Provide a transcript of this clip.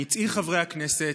אני צעיר חברי הכנסת.